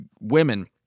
women